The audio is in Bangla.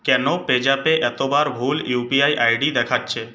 কেন পেজ্যাপে এতবার ভুল U P I I D দেখাচ্ছে